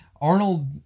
Arnold